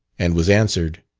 and was answered,